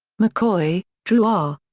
mccoy, drew r.